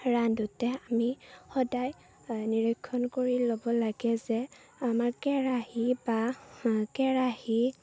ৰান্ধোঁতে আমি সদায় নিৰীক্ষণ কৰি ল'ব লাগে যে আমাৰ কেৰাহী বা কেৰাহী